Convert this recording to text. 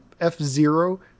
F-Zero